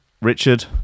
Richard